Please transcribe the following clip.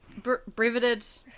breveted-